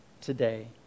today